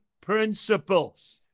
principles